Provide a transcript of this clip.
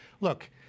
Look